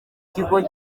kigo